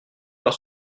par